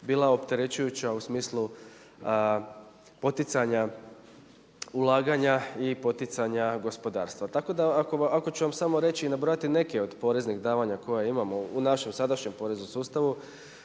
bila opterećujuća u smislu poticanja ulaganja i poticanja gospodarstva. Tako da ako ću vam samo reći i nabrojati neke od poreznih davanja koja imamo u našem sadašnjem poreznom sustavu